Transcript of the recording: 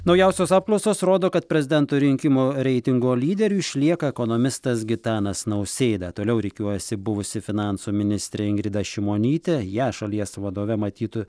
naujausios apklausos rodo kad prezidento rinkimų reitingo lyderiu išlieka ekonomistas gitanas nausėda toliau rikiuojasi buvusi finansų ministrė ingrida šimonytė ją šalies vadove matytų